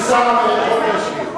אולי שר הביטחון ישיב.